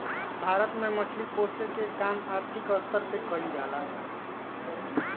भारत में मछली पोसेके के काम आर्थिक स्तर पर कईल जा ला